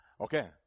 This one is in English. Okay